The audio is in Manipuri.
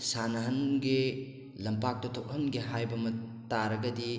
ꯁꯥꯟꯅꯍꯟꯒꯦ ꯂꯝꯄꯥꯛꯇ ꯊꯣꯛꯍꯟꯒꯦ ꯍꯥꯏꯕ ꯑꯃ ꯇꯥꯔꯒꯗꯤ